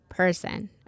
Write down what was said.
person